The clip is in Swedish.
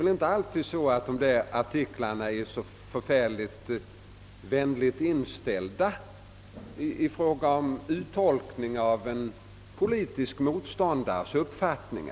Sådana artiklar brukar inte vara särskilt positiva när det gäller att tolka en politisk motståndares upp fattning.